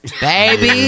Baby